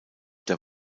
der